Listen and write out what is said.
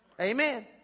Amen